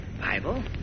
Bible